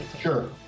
Sure